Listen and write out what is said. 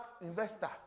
investor